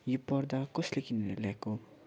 यो पर्दा कसले किनेर ल्याएको